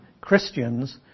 Christians